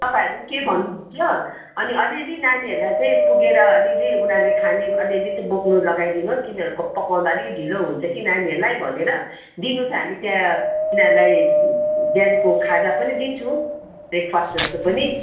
तपाईँहरू पनि केही भन्नुहुन्छ अनि अलि अलि नानीहरूलाई चाहिँ पुगेर अलिलि उनीहरूले खाने अलिअलि बोक्नु लगाइदिनुहोस् किनभने पकाउँदा अलिकति ढिलो हुन्छ कि नानीहरूलाई भनेर दिनु चाहिँ हामी त्यहाँ तिनीहरूलाई बिहानको खाजा पनि दिन्छु ब्रेकफास्ट जस्तो पनि